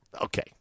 okay